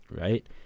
Right